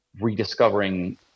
rediscovering